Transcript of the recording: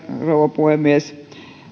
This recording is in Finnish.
rouva puhemies